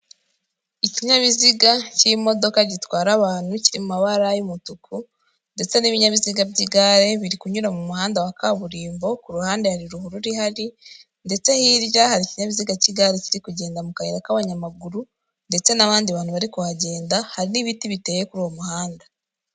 Ikinyabiziga cy'imodoka gitwara abantu kiri mu mabara y'umutuku ndetse n'ibinyabiziga by'igare biri kunyura mu muhanda wa kaburimbo, ku ruhande hari ruhurura ndetse hirya hari ikinyabiziga cy'igare kiri kugenda mu kayira k'abanyamaguru ndetse n'abandi bantu bari kuhagenda hari n'ibiti biteye kuri uwo muhanda.